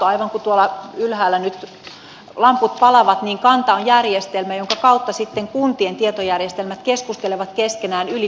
aivan kuin tuolla ylhäällä nyt lamput palavat niin kanta on järjestelmä jonka kautta sitten kuntien tietojärjestelmät keskustelevat keskenään yli kuntarajojen